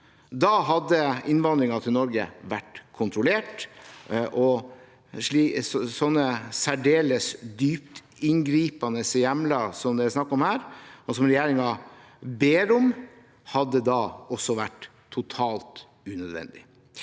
Da hadde innvandringen til Norge vært kontrollert, og slike særdeles dypt inngripende hjemler som det er snakk om her, og som regjeringen ber om, hadde da også vært totalt unødvendig.